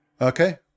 Okay